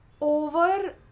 over